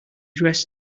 dress